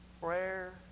Prayer